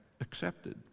accepted